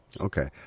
Okay